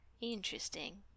Interesting